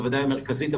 בוודאי מרכזית,